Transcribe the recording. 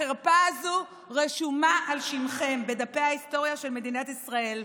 החרפה הזו רשומה על שמכם בדפי ההיסטוריה של מדינת ישראל,